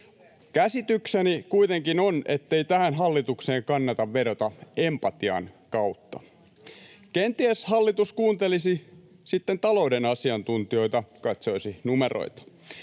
Käsitykseni kuitenkin on, ettei tähän hallitukseen kannata vedota empatian kautta. Kenties hallitus kuuntelisi sitten talouden asiantuntijoita, katsoisi numeroita.